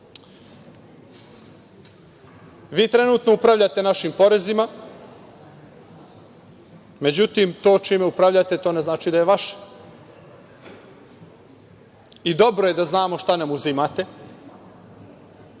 trenutno upravljate našim porezima, međutim, to čime upravljate to ne znači da je vaše. I dobro je da znamo šta nam uzimate.